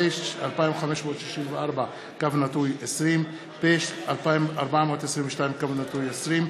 פ/2564/20 ופ/2422/20,